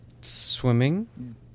Swimming